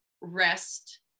rest